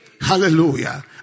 Hallelujah